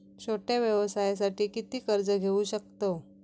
छोट्या व्यवसायासाठी किती कर्ज घेऊ शकतव?